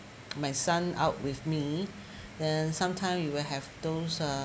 my son out with me then sometime you will have those uh